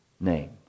name